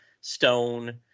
stone